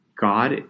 God